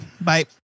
Bye